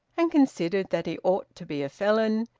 and considered that he ought to be a felon,